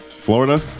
Florida